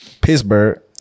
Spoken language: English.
pittsburgh